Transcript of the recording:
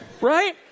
right